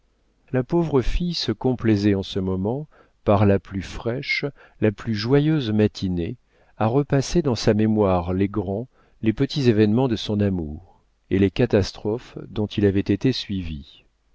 la pauvre fille se complaisait en ce moment par la plus fraîche la plus joyeuse matinée à repasser dans sa mémoire les grands les petits événements de son amour et les catastrophes dont il avait été suivi